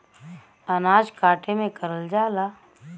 अनाज काटे में करल जाला